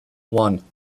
one